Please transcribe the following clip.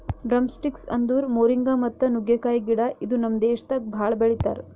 drumsticks ಅಂದುರ್ moringa ಮತ್ತ ನುಗ್ಗೆಕಾಯಿ ಗಿಡ ಇದು ನಮ್ ದೇಶದಾಗ್ ಭಾಳ ಬೆಳಿತಾರ್